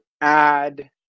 add